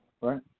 Right